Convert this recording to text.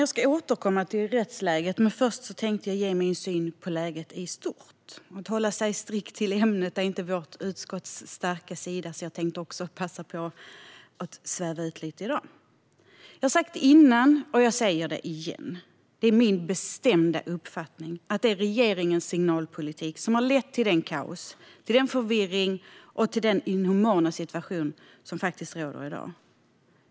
Jag ska återkomma till rättsläget, men först tänkte jag ge min syn på läget i stort. Att hålla sig strikt till ämnet är inte vårt utskotts starka sida, och jag tänkte passa på att sväva ut lite grann även i dag. Jag har sagt det tidigare, och jag säger det igen: Det är min bestämda uppfattning att det är regeringens signalpolitik som har lett till det kaos, den förvirring och den inhumana situation som faktiskt råder i dag.